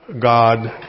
God